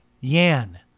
yan